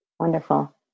Wonderful